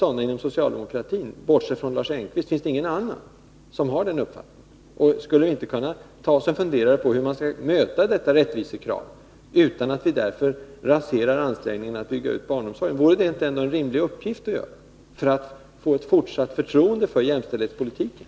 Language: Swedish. Finns det — bortsett från Lars Engqvist — inte några inom socialdemokratin som har den här uppfattningen? Skulle man inte inom socialdemokratin kunna fundera över hur man skall möta detta rättvisekrav, utan att man därför raserar ansträngningarna att bygga ut barnomsorgen? Vore det inte rimligt att tillgodose detta krav för att få ett fortsatt förtroende för jämställdhetspolitiken?